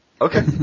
Okay